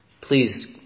Please